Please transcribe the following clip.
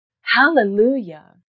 Hallelujah